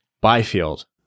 Byfield